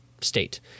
state